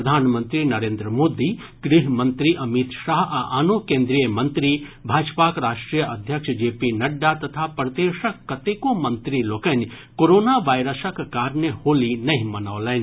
प्रधानमंत्री नरेन्द्र मोदी गृह मंत्री अमित शाह आ आनो केन्द्रीय मंत्री भाजपाक राष्ट्रीय अध्यक्ष जे पी नड्डा तथा प्रदेशक कतेको मंत्री लोकनि कोरोना वायरसक कारणे होली नहि मनौलनि